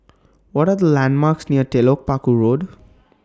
What Are The landmarks near Telok Paku Road